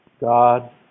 God